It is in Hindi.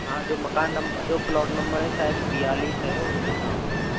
हाँ जो मकान नंबर जो प्लॉट नंबर है शायद बयालीस है उसके सामने